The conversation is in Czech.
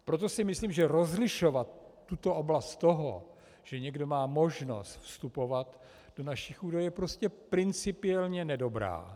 Proto si myslím, že rozlišovat tuto oblast toho, že někdo má možnost vstupovat do našich údajů, je prostě principiálně nedobrá.